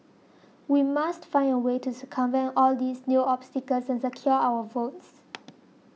we must find a way to circumvent all these new obstacles and secure our votes